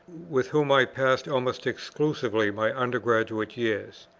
with whom i passed almost exclusively my under-graduate years.